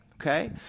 Okay